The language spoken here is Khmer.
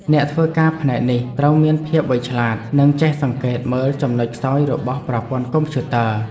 អ្នកធ្វើការផ្នែកនេះត្រូវមានភាពវៃឆ្លាត និងចេះសង្កេតមើលចំណុចខ្សោយរបស់ប្រព័ន្ធកុំព្យូទ័រ។